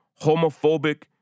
homophobic